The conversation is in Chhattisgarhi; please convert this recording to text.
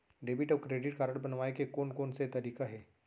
डेबिट अऊ क्रेडिट कारड बनवाए के कोन कोन से तरीका हे?